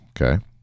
okay